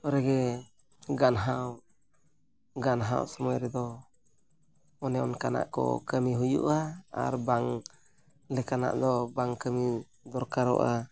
ᱯᱚᱨᱮ ᱜᱮ ᱜᱟᱱᱦᱟᱣ ᱜᱟᱱᱥᱟᱣ ᱥᱚᱢᱚᱭ ᱨᱮᱫᱚ ᱚᱱᱮ ᱚᱱᱠᱟᱱᱟᱜ ᱠᱚ ᱠᱟᱹᱢᱤ ᱦᱩᱭᱩᱜᱼᱟ ᱟᱨ ᱵᱟᱝ ᱞᱮᱠᱟᱱᱟᱜ ᱫᱚ ᱵᱟᱝ ᱠᱟᱹᱢᱤ ᱫᱚᱨᱠᱟᱨᱚᱜᱼᱟ